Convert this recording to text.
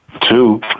Two